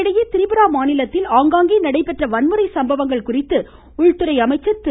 இதனிடையே திரிபுரா மாநிலத்தில் ஆங்காங்கே நடைபெற்ற வன்முறை சம்பவங்கள் குறித்து உள்துறை அமைச்சர் திரு